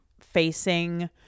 facing